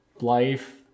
life